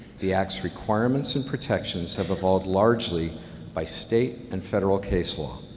the act's requirements and protections have evolved largely by state and federal case law.